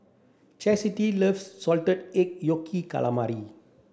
Chasity loves salted egg yolk calamari